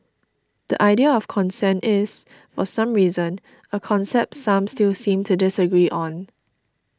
the idea of consent is for some reason a concept some still seem to disagree on